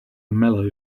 mellow